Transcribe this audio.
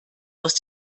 aus